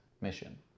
mission